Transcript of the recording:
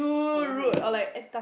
oh